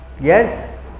Yes